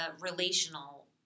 relational